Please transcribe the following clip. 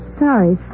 sorry